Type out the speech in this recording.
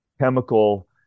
chemical